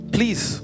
Please